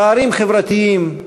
פערים חברתיים,